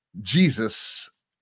Jesus